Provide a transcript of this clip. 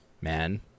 man